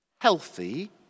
Healthy